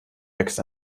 wächst